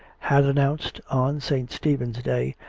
had announced, on st. stephen's day,